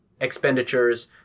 expenditures